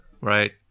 right